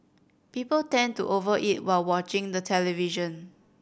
people tend to over eat while watching the television